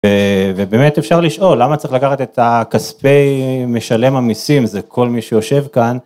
ובאמת אפשר לשאול למה צריך לקחת את הכספי משלם המיסים זה כל מי שיושב כאן.